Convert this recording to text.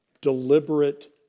deliberate